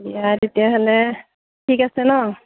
দিয়া তেতিয়াহ'লে ঠিক আছে ন